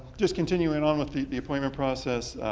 just continuing on with the the appointment process,